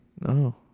No